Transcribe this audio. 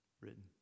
written